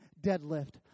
deadlift